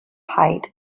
height